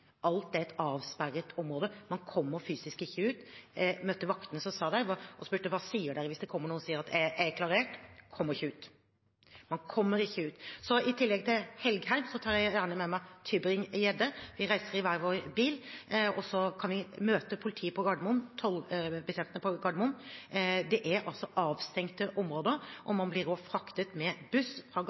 Alt er et avsperret område. Man kommer ikke fysisk ut. Jeg møtte vaktene der og spurte: Hva sier dere hvis det kommer noen og sier at de er klarert? De kommer ikke ut. Man kommer ikke ut. Så i tillegg til Engen-Helgheim tar jeg gjerne med meg Tybring-Gjedde. Vi reiser i hver vår bil, og så kan vi møte politiet på Gardermoen, tollbetjentene på Gardermoen. Det er avstengte områder, og man blir fraktet med